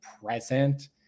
present